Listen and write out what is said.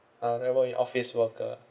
ah everyone is office worker